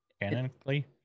Canonically